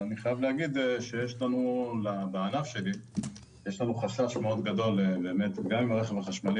אני חייב לומר שבענף שלי יש לנו חסך מאוד גדול גם עם הרכב החשמלי